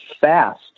fast